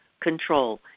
control